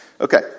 Okay